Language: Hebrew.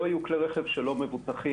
לא יהיו כלי רכב שלא יהיו מבוטחים.